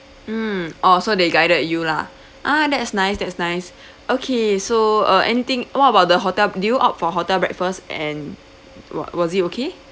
mm oh so they guided you lah ah that's nice that's nice okay so uh anything what about the hotel did you opt for hotel breakfast and wa~ was it okay